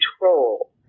control